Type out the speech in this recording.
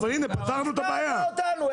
שכנעת אותנו.